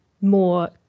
more